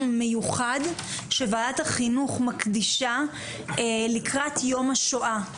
מיוחד שוועדת החינוך מקדישה לקראת יום השואה.